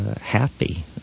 happy